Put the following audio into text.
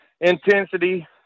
intensity